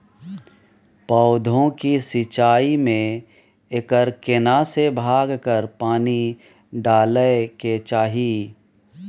पौधों की सिंचाई में एकर केना से भाग पर पानी डालय के चाही?